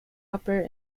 upper